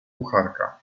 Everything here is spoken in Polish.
kucharka